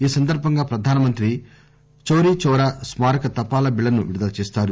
ఈ సందర్బంగా ప్రధానమంత్రి చౌరీ చౌరా స్కారక తపాలా బిళ్ళను విడుదల చేస్తారు